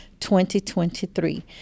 2023